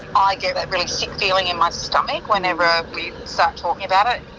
i get that really sick feeling in my stomach whenever we start talking about it.